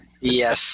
Yes